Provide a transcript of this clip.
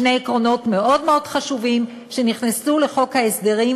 שני עקרונות מאוד מאוד חשובים שנכנסו לחוק ההסדרים,